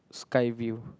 Skyview